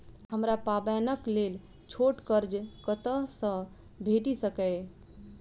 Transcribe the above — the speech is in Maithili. हमरा पाबैनक लेल छोट कर्ज कतऽ सँ भेटि सकैये?